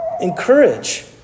Encourage